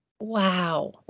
Wow